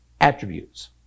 attributes